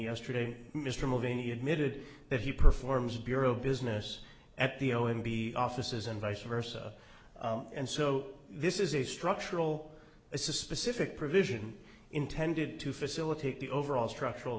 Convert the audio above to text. yesterday mr moving he admitted that he performs bureau business at the o m b offices and vice versa and so this is a structural it's a specific provision intended to facilitate the overall structural